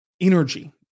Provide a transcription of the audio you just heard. energy